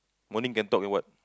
morning can talk in what